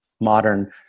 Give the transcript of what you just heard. modern